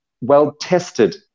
well-tested